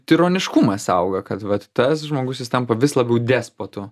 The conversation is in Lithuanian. tironiškumas auga kad vat tas žmogus jis tampa vis labiau despotu